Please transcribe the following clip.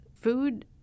Food